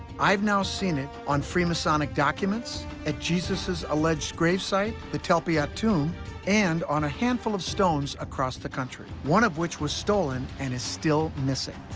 i've now seen it on freemasonic documents at jesus' alleged grave site, the talpiot tomb and on a handful of stones across the country, one of which was stolen and is still missing.